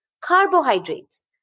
carbohydrates